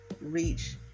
reach